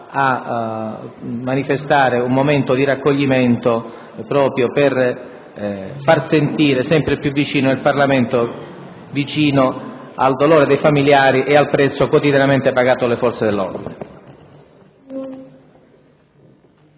a manifestare un momento di raccoglimento, proprio per far sentire il Parlamento sempre più vicino al dolore dei familiari e al prezzo quotidianamente pagato dalle forze dell'ordine.